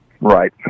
Right